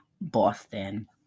Boston